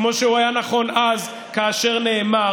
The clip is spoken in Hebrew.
כמו שהוא היה נכון אז כאשר נאמר.